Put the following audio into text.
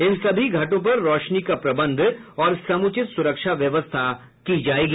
इन सभी घाटो पर रौशनी का प्रबंध और समुचित सुरक्षा व्यवस्था की जायेगी